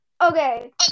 Okay